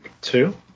Two